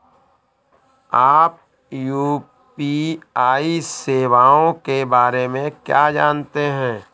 आप यू.पी.आई सेवाओं के बारे में क्या जानते हैं?